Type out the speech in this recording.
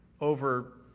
over